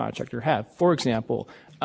example of the act person who is the actual contractor at the federal level having given a contribution to a party committee or a non candidate committee but again at the state level governor rowland some of the money that was used to get